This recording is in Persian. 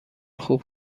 خوب